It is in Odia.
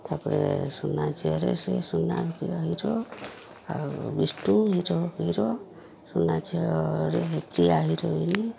ତାପରେ ସୁନା ଝିଅରେ ସେ ସୁନା ହିରୋ ଆଉ ବିଷ୍ଣୁ ହିରୋ ହିରୋ ସୁନା ଝିଅରେ ଟିିଆ ହିରୋଇନ